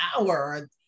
hour